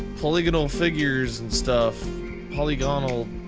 polygonal figures and stuff polygonal.